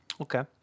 Okay